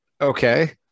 Okay